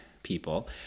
people